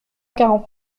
quarante